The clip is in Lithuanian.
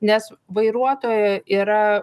nes vairuotojo yra